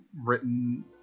written